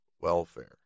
welfare